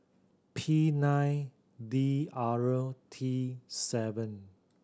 P nine D R T seven